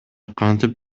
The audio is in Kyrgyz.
кантип